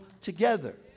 together